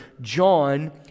John